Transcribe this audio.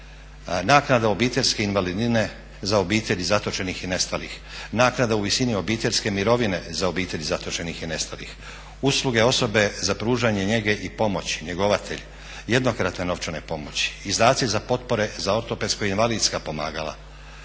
naknada obiteljske invalidnine za obitelji zatočenih i nestalih, naknada u visini obiteljske mirovine za obitelji zatočenih i nestalih, usluge osobe za pružanje njege i pomoći, njegovatelj, jednokratne novčane pomoći, izdatci za potpore za ortopedsko-invalidska pomagala,